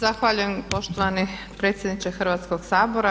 Zahvaljujem poštovani predsjedniče Hrvatskog sabora.